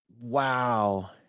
Wow